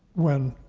when